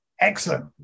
Excellent